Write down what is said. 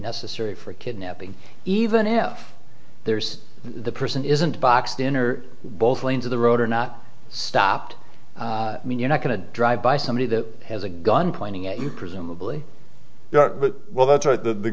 necessary for kidnapping even if there's the person isn't boxed in or both lanes of the road are not stopped i mean you're not going to drive by somebody that has a gun pointing at you presumably well that's right the